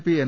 P N